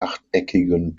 achteckigen